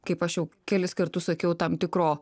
kaip aš jau kelis kartus sakiau tam tikro